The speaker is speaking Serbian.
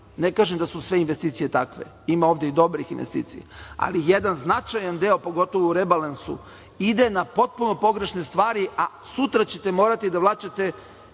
ne kažem da su sve investicije takve, ima ovde i dobrih investicija, ali jedan značajan deo, pogotovo u rebalansu, ide na potpuno pogrešne stvari, a sutra ćete morati da vraćate